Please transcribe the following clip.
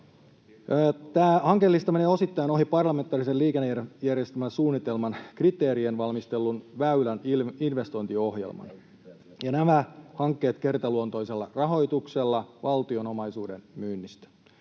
Tämä hankelista menee osittain ohi parlamentaarisen liikennejärjestelmäsuunnitelman kriteerein valmistellun väylän investointiohjelman, ja nämä hankkeet rahoitetaan kertaluontoisella rahoituksella valtion omaisuuden myynnillä.